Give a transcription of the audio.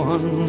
One